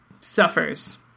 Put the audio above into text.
suffers